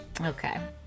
Okay